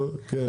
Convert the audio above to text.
כן.